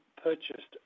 purchased